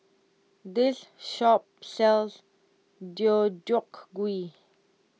this shop sells Deodeok Gui